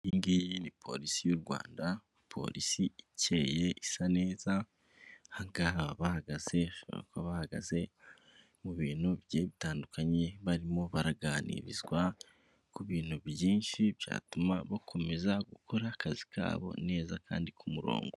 Iyi ni polisi y'u Rwanda polisi ikeye isa neza bahagaze mu bintu bigiye bitandukanye barimo baraganirizwa ku bintu byinshi byatuma bakomeza gukora akazi kabo neza kandi ku murongo.